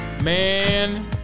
Man